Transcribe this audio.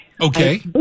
Okay